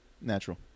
Natural